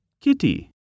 Kitty